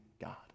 God